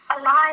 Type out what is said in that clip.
alive